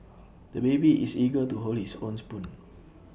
the baby is eager to hold his own spoon